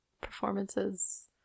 performances